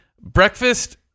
breakfast